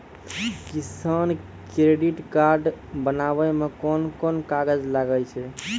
किसान credit card बनाबै मे कोन कोन कागज लागै छै?